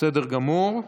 בסדר גמור.